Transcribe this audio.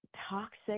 toxic